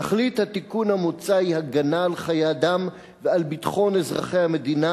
תכלית התיקון המוצע היא הגנה על חיי אדם ועל ביטחון אזרחי המדינה